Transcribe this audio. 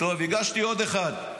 טוב, הגשתי עוד אחד.